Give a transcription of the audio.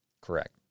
Correct